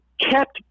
kept